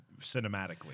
cinematically